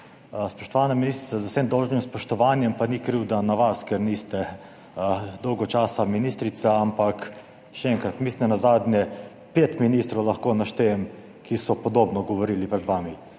Spoštovana ministrica, z vsem dolžnim spoštovanjem, pa ni krivda na vas, ker niste dolgo časa ministrica, ampak še enkrat, nenazadnje lahko naštejem pet ministrov, ki so podobno govorili pred vami: